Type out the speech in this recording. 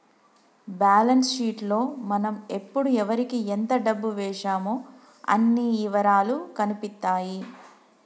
balance sheet లో మనం ఎప్పుడు ఎవరికీ ఎంత డబ్బు వేశామో అన్ని ఇవరాలూ కనిపిత్తాయి